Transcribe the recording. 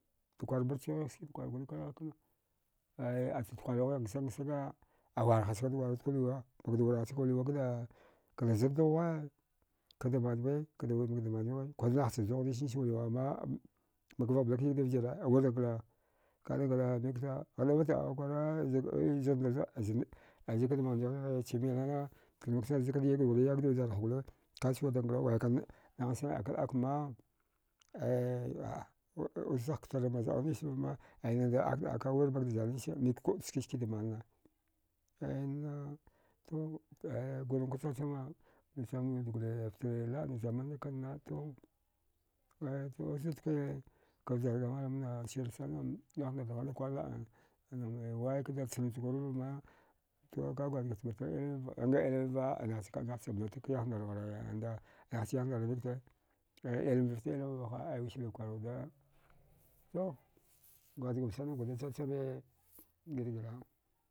Dakwar mbartchwighigh skida kwarguri kwar ghigh kna aya acha kwalau ghigh ngsag ngsaga a warhadsag dwara wudka wuliwa wurarsagka wuliwakda zadughuwa kada manwe kda makda manwigha kunaghcha zugh nisnis wuliwama makvag blak yagdi vjire wirda ngla kada ngla mikte makvata au kwara zmdaza zakda mandawi ghighe chmil nana kadanik kda wuri yagdi vjarha gole kachwirda ngla waikagh nahnasan akil akma ehh a. a uszagh ktarana zaəu nisvama aya nada akda aka wirmakda zari nisa mik kuəkuə skiske damanna aya na to aya gurankwa chachama dachama wiwud gole la mzamanna kanna to aya to zudke zjarka malamna sirsana yahndar dagharda kwar la. a aname waya kda chnach gurvama kagwadjgaft batar ilmiva nga ilmiva nachaka nacha blatak yahndar nghara anda nahcha yahandar dghar mikte aya ilmi fta ilmi vaha aiwiskida kwar wuda to gwadjgaft sanankwada chachame girgira